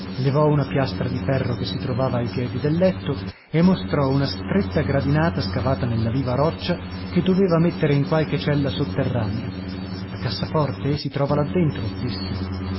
levò una piastra di ferro che si trovava ai piedi del letto e mostrò una stretta gradinata scavata nella viva roccia che doveva mettere in qualche cella sotterranea la cassaforte si trova là dentro disse